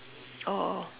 oh